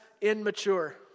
immature